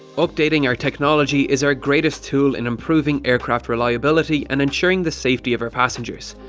updating our technology is our greatest tool in improving aircraft reliability and ensuring the safety of our passengers.